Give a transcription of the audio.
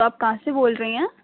آپ کہاں سے بول رہی ہیں